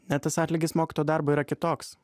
ne tas atlygis mokytojo darbo yra kitoks